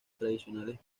tradicionales